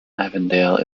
avondale